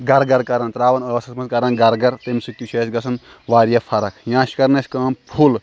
گَر گَر کَران ترٛاوان ٲسَس منٛز کَران گَر گَر تَمہِ سۭتۍ تہِ چھُ اَسہِ گژھان واریاہ فرق یا چھِ کَران أسۍ کٲم پھُل